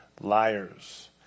liars